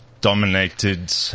dominated